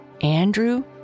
Andrew